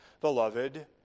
beloved